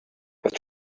have